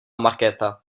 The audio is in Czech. markéta